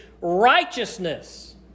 righteousness